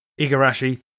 Igarashi